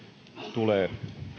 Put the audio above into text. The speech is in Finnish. tulee